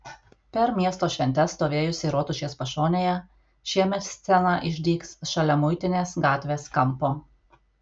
per miesto šventes stovėjusi rotušės pašonėje šiemet scena išdygs šalia muitinės gatvės kampo